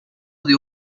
hijo